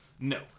No